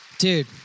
Dude